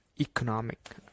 economic